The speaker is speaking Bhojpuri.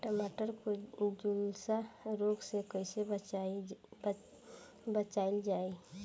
टमाटर को जुलसा रोग से कैसे बचाइल जाइ?